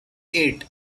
eight